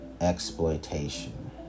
exploitation